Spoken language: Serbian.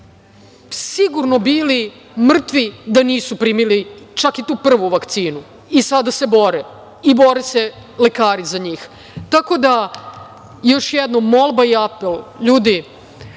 sigurno bili mrtvi da nisu primili čak i tu prvu vakcinu. I sada se bore i bore se lekari za njih. Još jednom molba i apel. Ljudi,